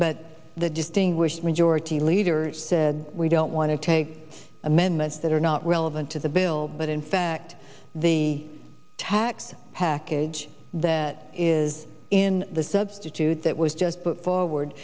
but the distinguished majority leader said we don't want to take amendments that are not relevant to the bill but in fact the tax package that is in the substitute that was just put forward